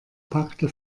packte